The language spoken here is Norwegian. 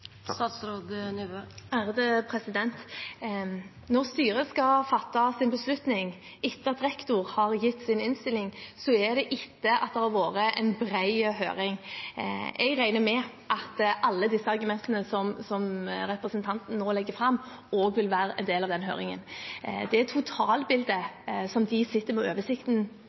Når styret skal fatte sin beslutning etter at rektor har gitt sin innstilling, skjer det etter at det har vært en bred høring. Jeg regner med at alle disse argumentene som representanten Meisfjord Jøsevold nå legger fram, også vil være en del av den høringen. De sitter med oversikt over totalbildet, og det er på bakgrunn av det de